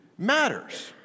matters